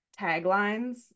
taglines